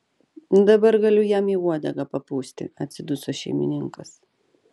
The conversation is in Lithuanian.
dabar galiu jam į uodegą papūsti atsiduso šeimininkas